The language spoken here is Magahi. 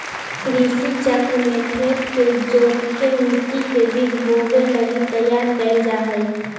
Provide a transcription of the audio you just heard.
कृषि चक्र में खेत के जोतके मट्टी के बीज बोवे लगी तैयार कैल जा हइ